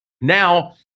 Now